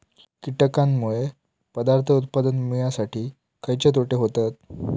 कीटकांनमुळे पदार्थ उत्पादन मिळासाठी खयचे तोटे होतत?